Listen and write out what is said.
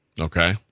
Okay